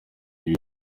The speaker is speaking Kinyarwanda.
ibi